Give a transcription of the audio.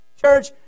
church